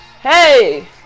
Hey